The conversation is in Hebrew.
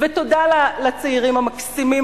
ותודה לצעירים המקסימים,